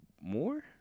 more